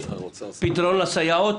פתרון לסייעות,